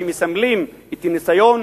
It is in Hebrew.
שמסמל את הניסיון,